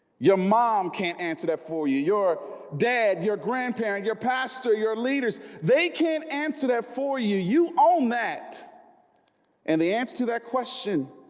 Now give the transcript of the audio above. your mom can't answer that for you your dad your grandparents your pastor your leaders they can't answer that for you you own that and the answer to that question